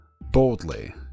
boldly